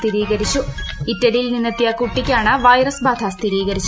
സ്ഥിരീകരിച്ചു ഇറ്റലിയിൽ നിന്നെത്തിയ കുട്ടിക്കാണ് വൈറസ് ബാധ സ്ഥിരീകരിച്ചത്